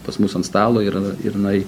pas mus ant stalo ir ir jinai